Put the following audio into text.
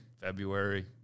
February